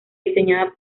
diseñada